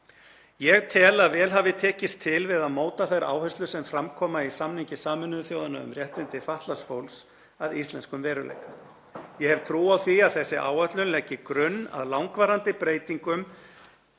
Ég tel að vel hafi tekist til við að móta þær áherslur sem fram koma í samningi Sameinuðu þjóðanna um réttindi fatlaðs fólks að íslenskum veruleika. Ég hef trú á því að þessi áætlun leggi grunn að langvarandi breytingum